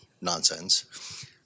nonsense